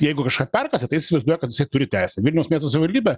jeigu kažką perkasė tai jis įsivaizduoja kad turi teisę vilniaus miesto savivaldybė